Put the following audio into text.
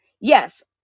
Yes